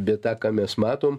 bet tą ką mes matom